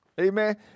Amen